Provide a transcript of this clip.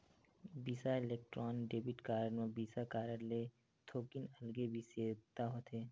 बिसा Electron debit card म Visa card ले थोकिन अलगे बिसेसता होथे